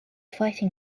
fighting